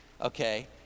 okay